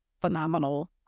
phenomenal